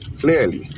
clearly